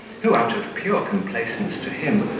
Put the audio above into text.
who, out of pure complaisance to him,